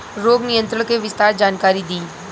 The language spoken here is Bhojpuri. रोग नियंत्रण के विस्तार जानकारी दी?